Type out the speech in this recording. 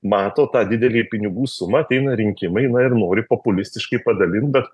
mato tą didelią pinigų sumą ateina rinkimai na ir nori populistiškai padalint bet